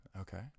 Okay